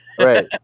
Right